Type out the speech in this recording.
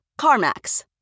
CarMax